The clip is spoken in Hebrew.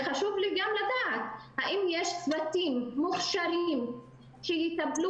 וחשוב לי גם לדעת האם יש צוותים מוכשרים שיטפלו